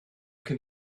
can